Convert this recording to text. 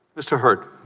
mr. burt